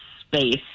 space